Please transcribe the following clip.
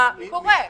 מה קורה?